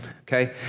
okay